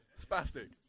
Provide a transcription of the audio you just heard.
Spastic